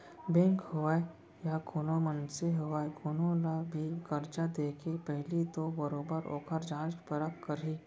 bank होवय या कोनो मनसे होवय कोनो ल भी करजा देके पहिली तो बरोबर ओखर जाँच परख करही